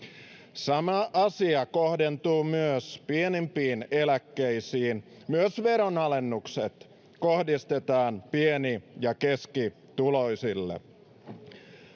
sama asia kohdentuu myös pienimpiin eläkkeisiin myös veronalennukset kohdistetaan pieni ja keskituloisille